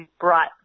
bright